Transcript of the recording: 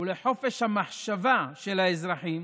ולחופש המחשבה של האזרחים